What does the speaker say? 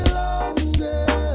longer